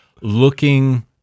looking